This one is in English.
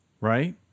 right